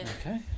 Okay